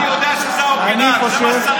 הרי אתה יודע שזה האוריגינל, זה מה שצריך.